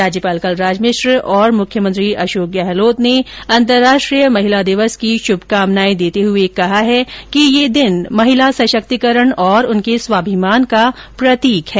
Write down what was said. राज्यपाल कलराज मिश्र और मुख्यमंत्री अशोक गहलोत ने अंतरराष्ट्रीय महिला दिवस की शुभकामनाए देते हुए कहा है कि यह दिन महिला सशक्तीकरण और उनके स्वाभिमान का प्रतीक है